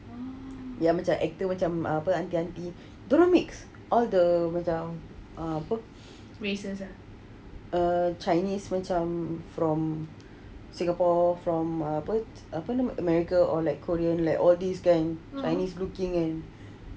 ya macam actor macam aunty aunty dorang mix all the apa err chinese macam from singapore from apa apa nama america or like korean like all this kan chinese-looking kan